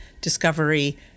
discovery